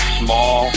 small